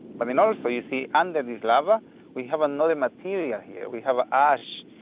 but then also you've see under this lava we have another material here, we have ash,